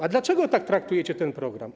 A dlaczego tak traktujecie ten program?